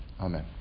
Amen